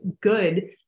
good